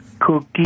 cookie